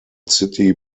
city